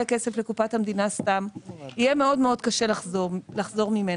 כסף לקופת המדינה סתם יהיה מאוד מאוד קשה לחזור ממנו.